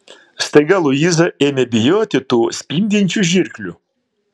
staiga luiza ėmė bijoti tų spindinčių žirklių